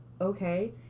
Okay